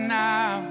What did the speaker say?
now